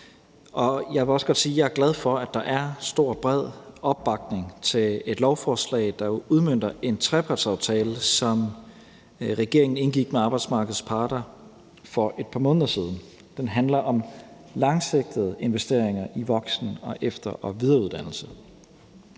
jeg er glad for, at der er stor og bred opbakning til et lovforslag, der udmønter en trepartsaftale, som regeringen indgik med arbejdsmarkedets parter for et par måneder siden. Den handler om langsigtede investeringer i voksen-, efter- og videreuddannelse.